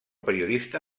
periodista